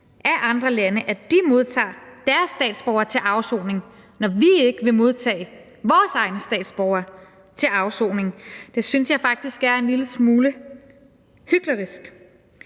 af andre lande, at de modtager deres statsborgere til afsoning, når vi ikke vil modtage vores egne statsborgere til afsoning. Det synes jeg faktisk er en lille smule hyklerisk.